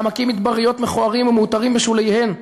העמקים מדבריות מכוערים המעוטרים בשוליהן.